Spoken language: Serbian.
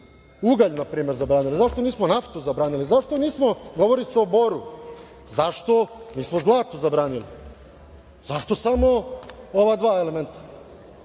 ugalj npr. zabranili, zašto nismo naftu zabranili? Govori se boru, zašto nismo zlato zabranili? Zašto samo ova dva elementa?